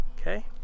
okay